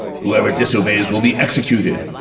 whoever disobeys will be executed!